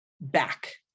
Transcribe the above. back